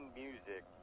music